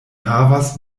havas